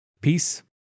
Peace